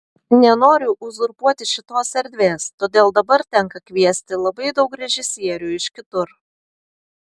nenoriu uzurpuoti šitos erdvės todėl dabar tenka kviesti labai daug režisierių iš kitur